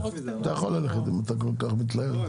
אתה יכול ללכת אם אתה כל כך --- לא,